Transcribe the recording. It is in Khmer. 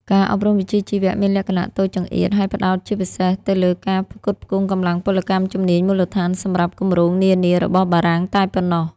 ការអប់រំវិជ្ជាជីវៈមានលក្ខណៈតូចចង្អៀត ហើយផ្តោតជាពិសេសទៅលើការផ្គត់ផ្គង់កម្លាំងពលកម្មជំនាញមូលដ្ឋានសម្រាប់គម្រោងនានារបស់បារាំងតែប៉ុណ្ណោះ។